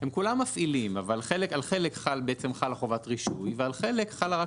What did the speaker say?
הם כולם מפעילים אבל על חלק חלה חובת רישוי ועל חלק חלה רק